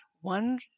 One